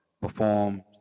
perform